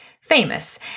famous